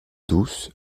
douce